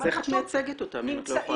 אז איך את מייצגת אותם אם את לא יכולה לענות?